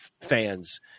fans